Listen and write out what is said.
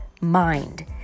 mind